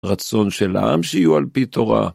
רצון של העם שיהיו על פי תורה.